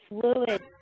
fluid